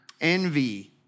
envy